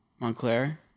Montclair